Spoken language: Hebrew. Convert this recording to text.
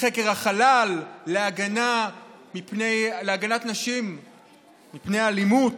לחקר החלל, להגנה על נשים מפני אלימות.